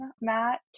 Matt